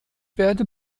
werden